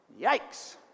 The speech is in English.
Yikes